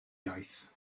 iaith